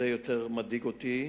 זה יותר מדאיג אותי,